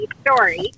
story